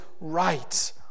right